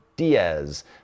Diaz